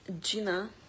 Gina